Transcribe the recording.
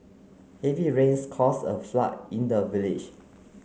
heavy rains caused a flood in the village